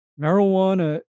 marijuana